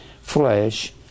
flesh